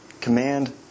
Command